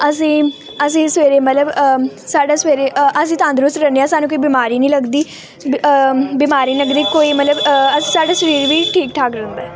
ਅਸੀਂ ਅਸੀਂ ਸਵੇਰੇ ਮਤਲਬ ਸਾਡਾ ਸਵੇਰੇ ਅ ਅਸੀਂ ਤੰਦਰੁਸਤ ਰਹਿੰਦੇ ਹਾਂ ਸਾਨੂੰ ਕੋਈ ਬਿਮਾਰੀ ਨਹੀਂ ਲੱਗਦੀ ਬਿ ਬਿਮਾਰੀ ਨਹੀਂ ਲੱਗਦੀ ਕੋਈ ਮਤਲਬ ਸਾਡੇ ਸਰੀਰ ਵੀ ਠੀਕ ਠਾਕ ਰਹਿੰਦਾ